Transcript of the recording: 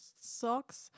socks